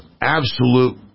Absolute